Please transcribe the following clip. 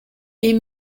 est